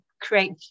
create